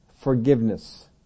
forgiveness